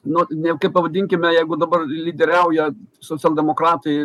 nu ne kaip pavadinkime jeigu dabar lyderiauja socialdemokratai